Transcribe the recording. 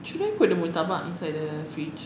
should I put the murtabak inside the fridge